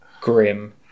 Grim